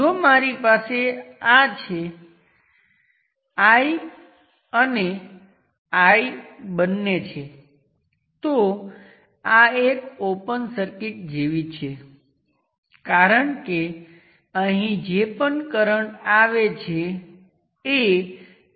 ફરીથી આ તે સર્કિટ છે જેના માટે આપણે ઇક્વિવેલન્ટ ગણતરી કરી રહ્યા છીએ અને આ સર્કિટમાં ફક્ત ઇન્ડિપેન્ડન્ટ સોર્સ લિનિયર રેઝિસ્ટર અને લિનિયર કંટ્રોલ સોર્સ હોવા જરૂરી છે